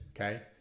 okay